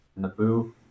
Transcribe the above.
Naboo